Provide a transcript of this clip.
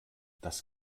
das